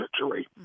surgery